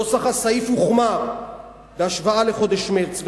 נוסח הסעיף הוחמר בהשוואה לחודש מרס,